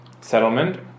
settlement